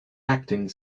acting